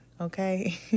okay